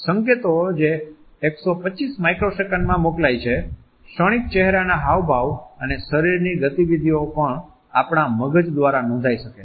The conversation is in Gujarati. સંકેતો જે 125 માઇક્રોસેકન્ડ્સમાં મોકલાય છે ક્ષણિક ચહેરાના હાવભાવ અને શરીરની ગતિવિધિઓ પણ આપણા મગજ દ્વારા નોંધાય શકે છે